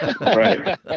right